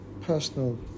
personal